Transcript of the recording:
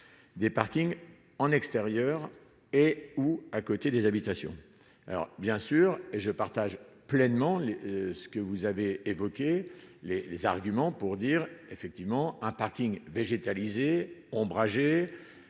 Des parkings en extérieur et où, à côté des habitations, alors bien sûr, et je partage pleinement ce que vous avez évoqué les les arguments pour dire effectivement un Parking végétalisé ombragés